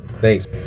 thanks